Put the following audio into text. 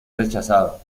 rechazado